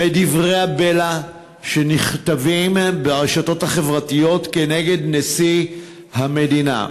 מדברי הבלע שנכתבים ברשתות החברתיות כנגד נשיא המדינה.